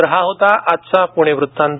तर हा होता आजचा पुणे वृत्तांत